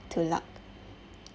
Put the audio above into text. to luck